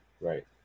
right